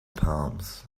palms